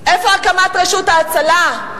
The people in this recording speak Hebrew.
איפה הקמת רשות ההצלה?